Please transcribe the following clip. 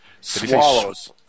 Swallows